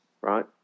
right